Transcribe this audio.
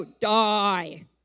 die